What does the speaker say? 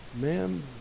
Ma'am